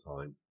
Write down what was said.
time